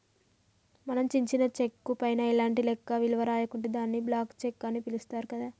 మనం చించిన చెక్కు పైన ఎలాంటి లెక్క విలువ రాయకుంటే దాన్ని బ్లాంక్ చెక్కు అని పిలుత్తారు గదా